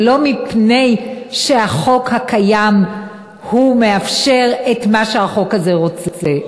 זה לא מפני שהחוק הקיים מאפשר את מה שהחוק הזה רוצה.